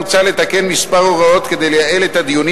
מוצע לתקן מספר הוראות כדי לייעל את הדיונים